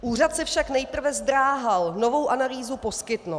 Úřad se však nejprve zdráhal novou analýzu poskytnout.